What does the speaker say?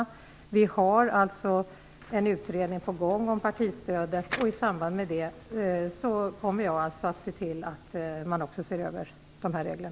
Det är en utredning om partistödet på gång. I samband med denna kommer jag att se till att man också ser över dessa regler.